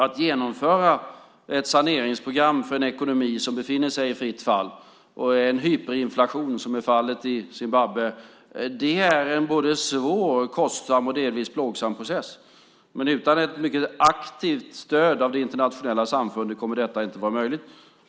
Att genomföra ett saneringsprogram för en ekonomi som befinner sig i fritt fall och en hyperinflation, som är fallet i Zimbabwe, är en både svår och kostsam och delvis plågsam process. Utan ett mycket aktivt stöd av det internationella samfundet kommer detta inte att vara möjligt.